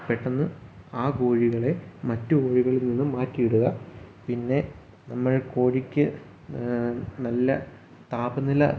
പെട്ടെന്ന് ആ കോഴികളെ മറ്റു കോഴികളിൽ നിന്ന് മാറ്റിയിടുക പിന്നെ നമ്മൾ കോഴിക്ക് നല്ല താപനില